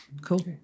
Cool